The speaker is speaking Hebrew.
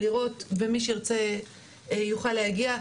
ומי שירצה יוכל להגיע,